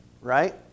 right